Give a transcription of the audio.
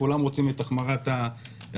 כולם רוצים את החמרת הענישה.